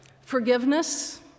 Forgiveness